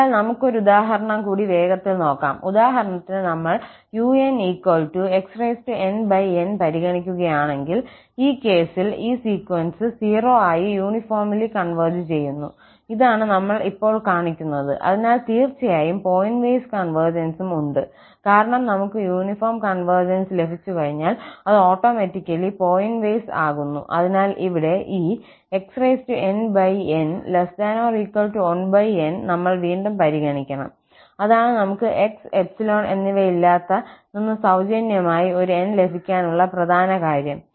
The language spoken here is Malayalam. അതിനാൽ നമുക്ക് ഒരു ഉദാഹരണം കൂടി വേഗത്തിൽ നോക്കാം ഉദാഹരണത്തിന് നമ്മൾ 𝑢𝑛 xnn പരിഗണിക്കുകയാണെങ്കിൽ ഈ കേസിൽ ഈ സീക്വൻസ് 0 ആയി യൂണിഫോംലി കോൺവെർജ് ചെയ്യുന്നു ഇതാണ് നമ്മൾ ഇപ്പോൾ കാണിക്കുന്നത് അതിനാൽ തീർച്ചയായും പോയിന്റ് വൈസ് കൺവെർജൻസും ഉണ്ട് കാരണം നമുക്ക് യൂണിഫോം കോൺവെർജ്സ് ലഭിച്ചുകഴിഞ്ഞാൽ അത് ഓട്ടോമാറ്റിക്കലി പോയിന്റ് വൈസ് ആകുന്നു അതിനാൽ ഇവിടെ ഈ xnn1n നമ്മൾ വീണ്ടും പരിഗണിക്കണം അതാണ് നമുക്ക് 𝑥 𝜖 എന്നിവയില്ലാത്ത നിന്ന് സൌജന്യമായി ഒരു 𝑁 ലഭിക്കാനുള്ള പ്രധാന കാര്യം